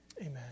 amen